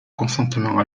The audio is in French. consentement